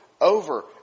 Over